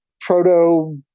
proto